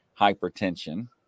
hypertension